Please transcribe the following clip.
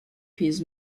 his